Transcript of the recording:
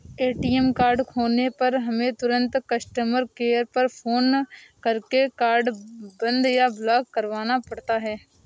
ATM card खोने पर हमें तुरंत कस्टमर केयर पर फ़ोन करके कार्ड बंद या ब्लॉक करवाना पड़ता है